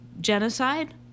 genocide